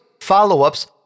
follow-ups